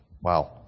wow